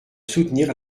soutenir